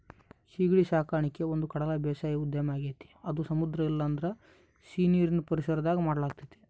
ಸೀಗಡಿ ಸಾಕಣಿಕೆ ಒಂದುಕಡಲ ಬೇಸಾಯ ಉದ್ಯಮ ಆಗೆತೆ ಅದು ಸಮುದ್ರ ಇಲ್ಲಂದ್ರ ಸೀನೀರಿನ್ ಪರಿಸರದಾಗ ಮಾಡಲಾಗ್ತತೆ